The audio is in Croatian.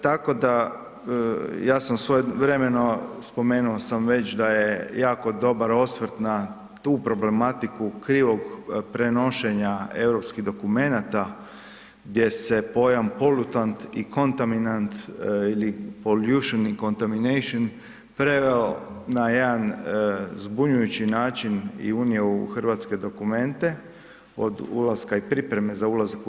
Tako da, ja sam svojevremeno, spomenuo sam već da je jako dobar osvrt na tu problematiku krivog prenošenja europskih dokumenata gdje se pojam polutant i kontaminant ili poljušani … [[Govornik se ne razumije]] preveo na jedan zbunjujući način i unio u hrvatske dokumente od ulaska i pripreme za ulazak u EU.